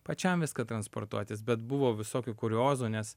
pačiam viską transportuotis bet buvo visokių kuriozų nes